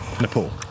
Nepal